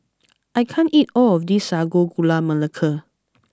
I can't eat all of this Sago Gula Melaka